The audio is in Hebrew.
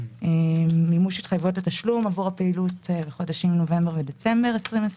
מימוש התחייבויות לתשלום עבור הפעילות בחודשים נובמבר ודצמבר 2020,